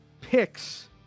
picks